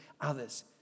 others